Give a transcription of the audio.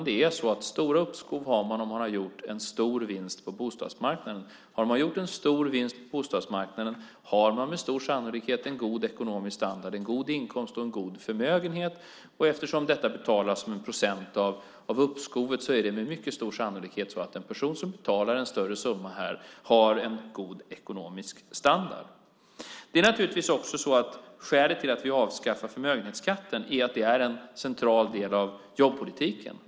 Det är så att man har stora uppskov om man har gjort en stor vinst på bostadsmarknaden. Har man gjort en stor vinst på bostadsmarknaden har man med stor sannolikhet en god ekonomisk standard, en god inkomst och en god förmögenhet. Eftersom detta betalas med en procentandel av uppskovet så är det med mycket stor sannolikhet så att en person som betalar en större summa här har en god ekonomisk standard. Det är naturligtvis också så att skälet till att vi avskaffar förmögenhetsskatten är att det är en central del av jobbpolitiken.